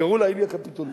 קראו לה איליה קפיטולינה.